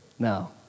No